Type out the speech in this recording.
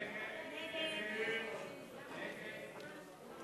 הצעת סיעות העבודה